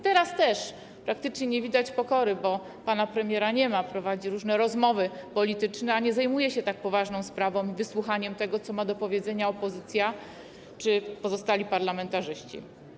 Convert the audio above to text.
Teraz też praktycznie nie widać pokory, bo pana premiera nie ma, prowadzi różne rozmowy polityczne, a nie zajmuje się tak poważną sprawą, wysłuchaniem tego, co ma do powiedzenia opozycja czy pozostali parlamentarzyści.